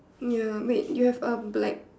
ya wait do you have a black